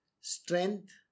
strength